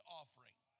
offering